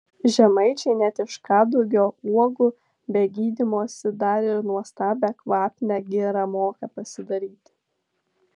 žemaičiai net iš kadugio uogų be gydymosi dar ir nuostabią kvapnią girą moką pasidaryti